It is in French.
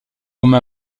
comme